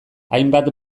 hainbat